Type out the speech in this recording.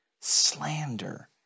slander